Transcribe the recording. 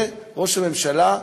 ראש הממשלה,